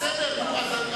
הסברתי לו.